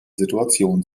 situation